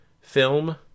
film